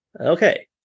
Okay